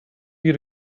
you